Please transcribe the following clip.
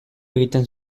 egiten